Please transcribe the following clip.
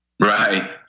Right